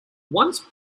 once